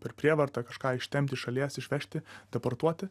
per prievartą kažką ištempti iš šalies išvežti deportuoti